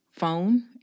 phone